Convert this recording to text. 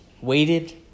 waited